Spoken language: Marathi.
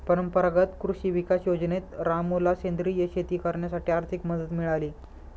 परंपरागत कृषी विकास योजनेत रामूला सेंद्रिय शेती करण्यासाठी आर्थिक मदत मिळाली